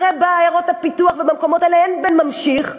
הרי בעיירות הפיתוח ובמקומות האלה אין בן ממשיך,